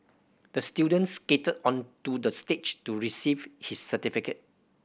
the student skated onto the stage to receive his certificate